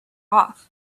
off